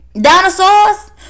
dinosaurs